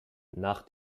nach